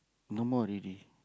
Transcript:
no more already